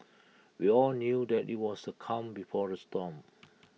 we all knew that IT was the calm before the storm